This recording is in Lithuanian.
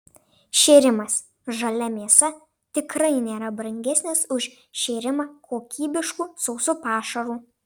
šėrimas žalia mėsa tikrai nėra brangesnis už šėrimą kokybišku sausu pašaru